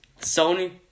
Sony